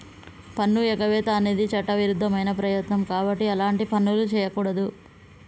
పన్నుఎగవేత అనేది చట్టవిరుద్ధమైన ప్రయత్నం కాబట్టి అలాంటి పనులు చెయ్యకూడదు